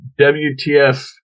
WTF